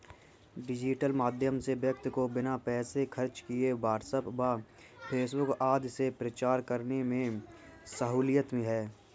digital माध्यम से व्यक्ति को बिना पैसे खर्च किए व्हाट्सएप व फेसबुक आदि से प्रचार करने में सहूलियत है